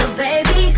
baby